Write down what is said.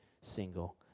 single